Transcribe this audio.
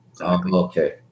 Okay